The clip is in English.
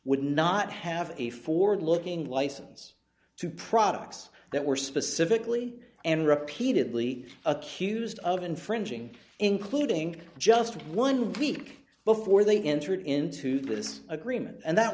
would not have a forward looking license to products that were specifically and repeatedly accused of infringing including just one week before they entered into this agreement and that